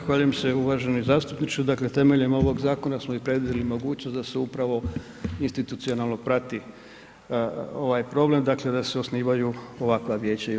Zahvaljujem se uvaženi zastupniče, dakle temeljem ovog zakona smo i predvidjeli mogućnost da se upravo institucionalno prati ovaj problem, dakle da se osnivaju ovakva vijeća i u RH.